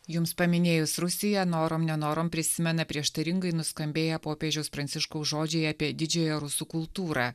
jums paminėjus rusiją norom nenorom prisimena prieštaringai nuskambėję popiežiaus pranciškaus žodžiai apie didžiąją rusų kultūrą